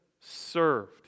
served